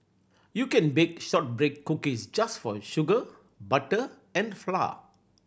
you can bake shortbread cookies just for sugar butter and flour